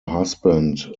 husband